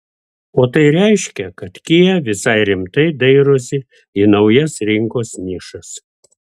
o tai reiškia kad kia visai rimtai dairosi į naujas rinkos nišas